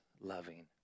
loving